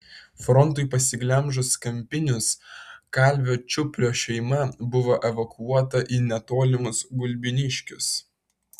frontui pasiglemžus kampinius kalvio čiuplio šeima buvo evakuota į netolimus gulbiniškius